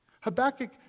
Habakkuk